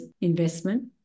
investment